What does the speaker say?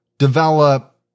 develop